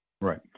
Right